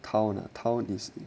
town ah town is